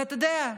ואתה יודע,